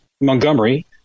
Montgomery